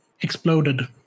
exploded